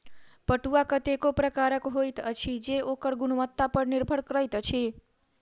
पटुआ कतेको प्रकारक होइत अछि जे ओकर गुणवत्ता पर निर्भर करैत अछि